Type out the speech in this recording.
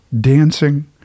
dancing